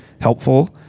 helpful